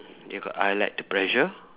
they got I like the pressure